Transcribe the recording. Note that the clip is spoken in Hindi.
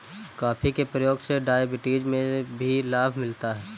कॉफी के प्रयोग से डायबिटीज में भी लाभ मिलता है